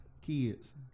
kids